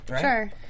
sure